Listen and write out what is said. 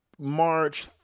March